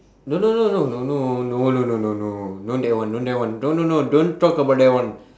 no no no no no no no no no no no not that one don't that one no no no don't talk about that one